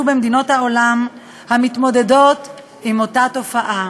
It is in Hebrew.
במדינות העולם המתמודדות עם אותה בעיה.